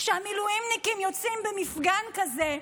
כשהמילואימניקים יוצאים במפגן כזה,